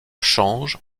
change